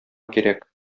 кирәк